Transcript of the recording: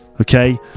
okay